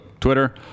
Twitter